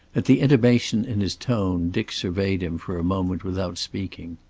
at the intimation in his tone dick surveyed him for a moment without speaking.